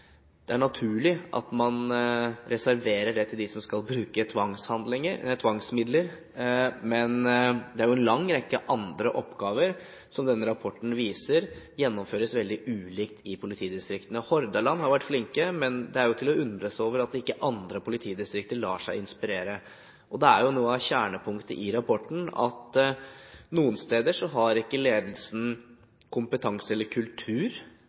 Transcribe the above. Det er naturlig at man reserverer det til dem som skal bruke tvangsmidler. Men det er jo, som denne rapporten viser, en lang rekke andre oppgaver som gjennomføres veldig ulikt i politidistriktene. Hordaland har vært flinke, og det er jo til å undre seg over at ikke andre politidistrikter lar seg inspirere. Noe av kjernepunktet i rapporten er at noen steder har ikke ledelsen kompetanse om hva regelverket åpner for, og ikke. Noen steder er det en kultur